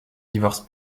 divorce